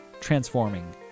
transforming